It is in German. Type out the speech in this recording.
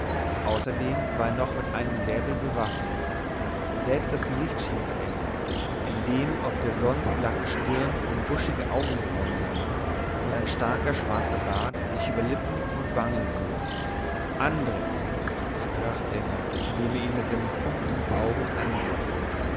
außerdem war er noch mit einem säbel bewaffnet selbst das gesicht schien verändert indem auf der sonst glatten stirn nun buschichte augenbrauen lagen und ein starker schwarzer bart sich über lippe und wangen zog andres sprach denner indem er ihn mit seinen funkelnden augen anblitzte